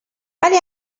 ولی